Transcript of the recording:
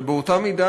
אבל באותה מידה,